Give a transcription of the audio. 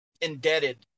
indebted